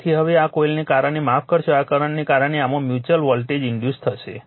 તેથી હવે આ કોઇલને કારણે માફ કરશો આ કરંટને કારણે આમાં મ્યુચ્યુઅલ વોલ્ટેજ ઇન્ડ્યુસ થશે